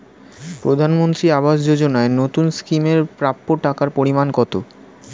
প্রধানমন্ত্রী আবাস যোজনায় নতুন স্কিম এর প্রাপ্য টাকার পরিমান কত?